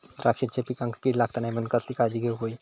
द्राक्षांच्या पिकांक कीड लागता नये म्हणान कसली काळजी घेऊक होई?